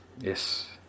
Yes